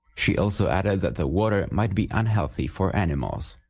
she also added that the word might be unhealthy for animals